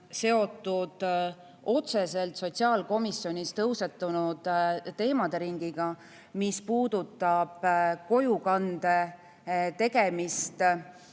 seotud sotsiaalkomisjonis tõusetunud teemade ringiga, mis puudutab kojukande tegemist